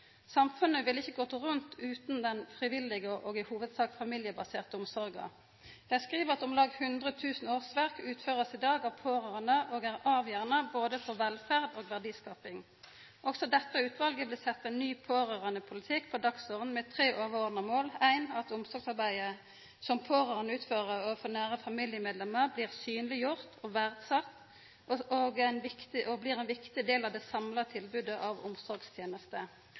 Samfunnet ville ikkje ha gått rundt utan den frivillige og i hovudsak familiebaserte omsorga. Dei skriv at om lag 100 000 årsverk i dag blir utførte av pårørande og er avgjerande både for velferd og verdiskaping. Også dette utvalet vil setja ein ny pårørandepolitikk på dagsordenen med tre overordna mål: Omsorgsarbeidet som pårørande utfører overfor nære familiemedlemer, må bli synleggjort og verdsett som ein viktig del av det samla tilbodet av omsorgstenester.